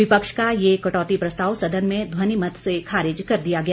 विपक्ष का यह कटौती प्रस्ताव सदन में ध्वनि मत से खारिज कर दिया गया